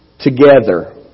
together